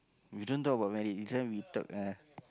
we don't talk about marriage this one we talk uh